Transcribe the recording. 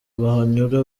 bahanyura